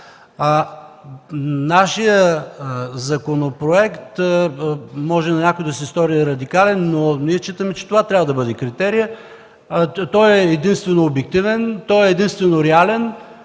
Нашият законопроект, може на някой да се стори радикален, но считаме, че това трябва да бъде критерият, е единствено обективен и реален.